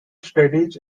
studies